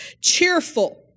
Cheerful